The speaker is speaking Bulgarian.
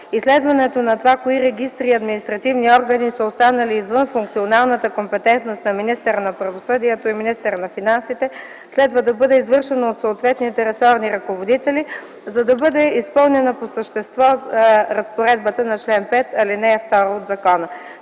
Изследването на това кои регистри и административни органи са останали извън функционалната компетентност на министъра на правосъдието и министъра на финансите, следва да бъде извършено от съответните ресорни ръководители, за да бъде изпълнена по същество разпоредбата на чл. 5, ал. 2 от закона.